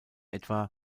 etwa